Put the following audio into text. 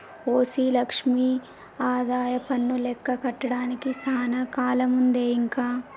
OC లక్ష్మి ఆదాయపన్ను లెక్క కట్టడానికి సానా కాలముందే ఇంక